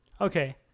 okay